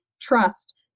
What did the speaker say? trust